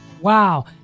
Wow